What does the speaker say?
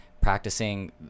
practicing